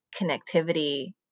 connectivity